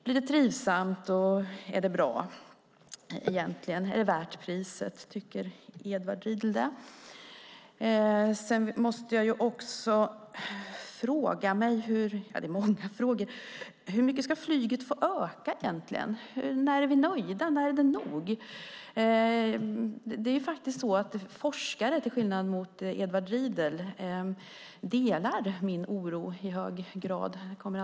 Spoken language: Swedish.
Blir det trivsamt, är det bra och är det värt priset? Hur mycket ska flyget få öka? När är vi nöjda och när är det nog? Till skillnad från Edward Riedl delar forskarna i hög grad min oro.